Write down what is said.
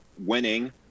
winning